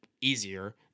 easier